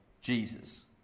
Jesus